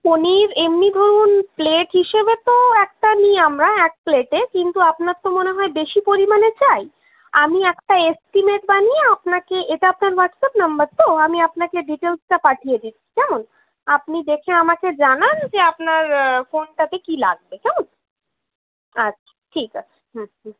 পনির এমনি ধরুন প্লেট হিসেবে তো একটা নিই আমরা এক প্লেটে কিন্তু আপনার তো বেশি পরিমাণে চাই আমি একটা এস্টিমেট বানিয়ে আপনাকে এটা আপনার হোয়াটস অ্যাপ নাম্বার তো আমি আপনাকে ডিটেলসটা পাঠিয়ে দিচ্ছি কেমন আপনি দেখে আমাকে জানান যে আপনার কোনটাতে কি লাগবে কেমন আচ্ছা ঠিক আছে